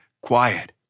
Quiet